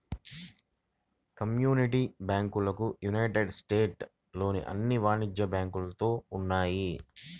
community బ్యాంకులు United States లోని అన్ని వాణిజ్య బ్యాంకులలో ఉన్నాయి